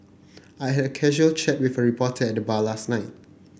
I had a casual chat with a reporter at the bar last night